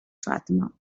fatima